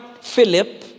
Philip